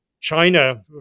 China